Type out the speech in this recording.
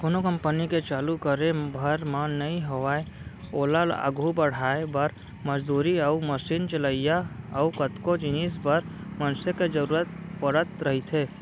कोनो कंपनी के चालू करे भर म नइ होवय ओला आघू बड़हाय बर, मजदूरी अउ मसीन चलइया अउ कतको जिनिस बर मनसे के जरुरत पड़त रहिथे